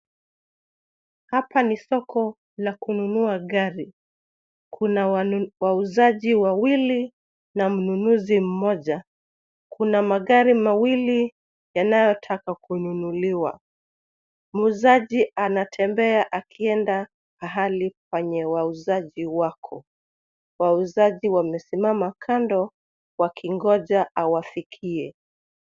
Hapa ni soko la kununua gari. Kuna wauzaji wawili na mnunuzi mmoja. Kuna magari mawili yanayotaka kununuliwa. Muuzaji anatembea akienda pahali penye wauzaji wako. Wauzaji wamesimama kando wakingoja awafikie.